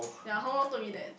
ya Hong Rong told me that